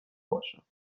باشم